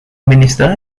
minister